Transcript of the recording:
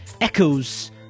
Echoes